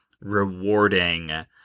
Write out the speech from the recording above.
rewarding